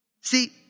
See